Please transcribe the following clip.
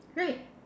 right